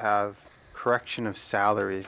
have correction of salary